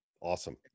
awesome